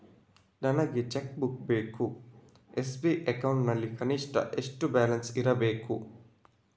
ನನಗೆ cheque book ಬೇಕು SB account ನಲ್ಲಿ ಕನಿಷ್ಠ ಎಷ್ಟು ಬ್ಯಾಲೆನ್ಸ್ ಇರಬೇಕು?